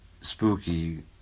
Spooky